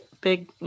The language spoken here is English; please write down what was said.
big